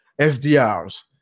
SDRs